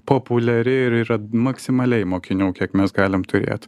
populiari ir yra maksimaliai mokinių kiek mes galime turėt